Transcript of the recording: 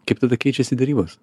kaip tada keičiasi derybos